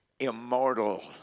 Immortal